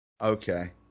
okay